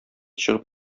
чыгып